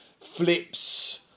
flips